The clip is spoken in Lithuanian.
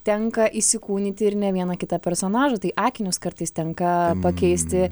tenka įsikūnyti ir ne vieną kitą personažą tai akinius kartais tenka pakeisti